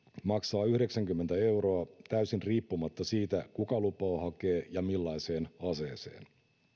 maksaa yhdeksänkymmentä euroa täysin riippumatta siitä kuka lupaa hakee ja millaiseen aseeseen